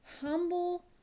humble